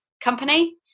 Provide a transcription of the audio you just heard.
company